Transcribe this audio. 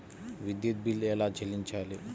విద్యుత్ బిల్ ఎలా చెల్లించాలి?